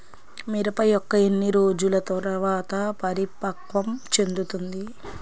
మిరప మొక్క ఎన్ని రోజుల తర్వాత పరిపక్వం చెందుతుంది?